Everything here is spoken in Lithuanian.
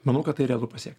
manau kad tai realu pasiekt